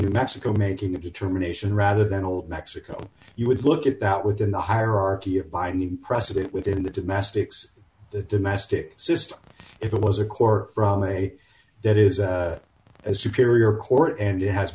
new mexico making a determination rather than all mexico you would look at that within the hierarchy of binding precedent within the domestics the domestic system if it was a court from a that is a superior court and it has